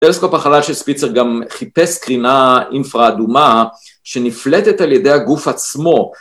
טלסקופ החלל של ספיצר גם חיפש קרינה אינפרה אדומה שנפלטת על ידי הגוף עצמו.